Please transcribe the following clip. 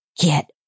Get